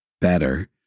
better